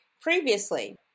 previously